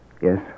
Yes